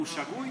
הוא שגוי?